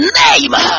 name